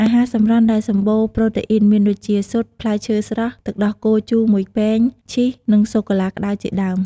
អាហារសម្រន់ដែលសម្បូរប្រូតេអ៊ីនមានដូចជា ស៊ុត ផ្លែឈើស្រស់ ទឹកដោះគោជូរមួយពែង ឈីស និងសូកូឡាក្តៅជាដើម។